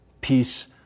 peace